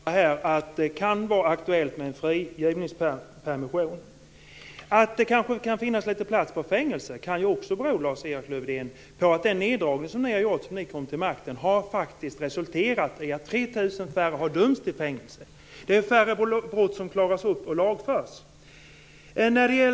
Fru talman! Jag konstaterar att det kan vara aktuellt med en frigivningspermission. Att det kanske kan finnas litet plats på fängelserna, Lars-Erik Lövdén, kan också bero på att den neddragning som ni har gjort sedan ni kom till makten faktiskt har resulterat i att 3 000 färre personer har dömts till fängelse. Det är färre brott som klaras upp och lagförs.